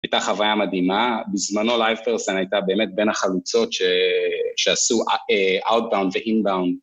הייתה חוויה מדהימה, בזמנו לייפרסן הייתה באמת בין החלוצות שעשו אוטבאון ואינבאון.